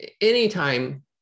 anytime